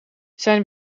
zijn